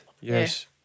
yes